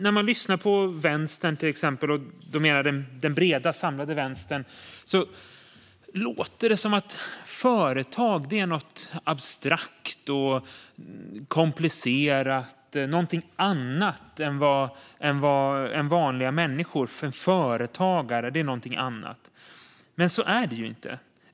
När man lyssnar på till exempel den breda, samlade vänstern låter det som att företag är något abstrakt och komplicerat, något annat än vanliga människor - att företagare är något annat. Men så är det ju inte.